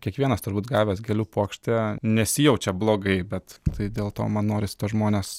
kiekvienas turbūt gavęs gėlių puokštę nesijaučia blogai bet tai dėl to man norisi tuos žmones